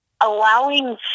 allowing